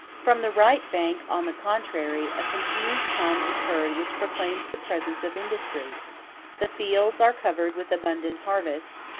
from the right bank, on the contrary, a confused hum is heard which proclaims the presence of industry the fields are covered with abundant harvests,